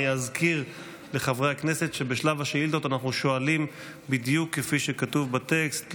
אזכיר לחברי הכנסת שבשלב השאילתות אנחנו שואלים בדיוק כפי שכתוב בטקסט,